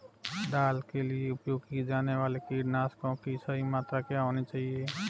दाल के लिए उपयोग किए जाने वाले कीटनाशकों की सही मात्रा क्या होनी चाहिए?